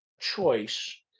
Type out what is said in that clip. choice